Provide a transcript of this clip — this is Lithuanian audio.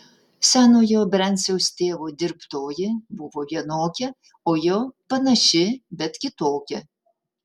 senojo brenciaus tėvo dirbtoji buvo vienokia o jo panaši bet kitokia